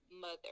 mother